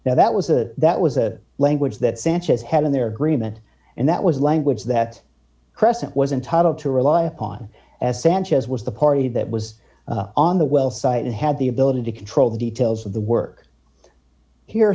now that was a that was a language that sanchez had in their agreement and that was language that crescent was entitled to rely on as sanchez was the party that was on the well site and had the ability to control the details of the work here